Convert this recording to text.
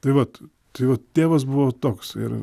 tai vat tai vat tėvas buvo toks ir